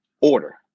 order